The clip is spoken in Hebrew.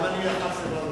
גם אני לחצתי ולא נלחץ.